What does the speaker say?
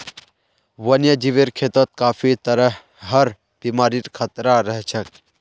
वन्यजीवेर खेतत काफी तरहर बीमारिर खतरा रह छेक